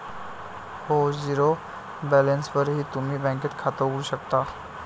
हो, झिरो बॅलन्सवरही तुम्ही बँकेत खातं उघडू शकता